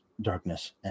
darkness